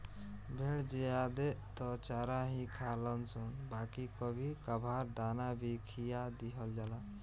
भेड़ ज्यादे त चारा ही खालनशन बाकी कभी कभार दाना भी खिया दिहल जाला